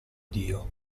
dio